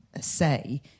say